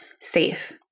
safe